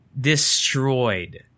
destroyed